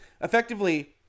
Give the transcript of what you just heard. effectively